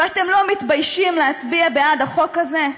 ואתם לא מתביישים להצביע בעד החוק הזה?